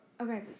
okay